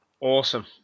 Awesome